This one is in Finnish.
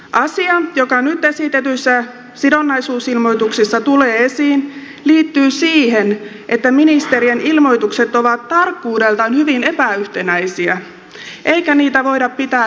asia joka nyt esitetyissä sidonnaisuusilmoituksissa tulee esiin liittyy siihen että ministerien ilmoitukset ovat tarkkuudeltaan hyvin epäyhtenäisiä eikä niitä voida pitää yhteismitallisina